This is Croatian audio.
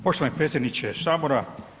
Poštovani predsjedniče Sabora.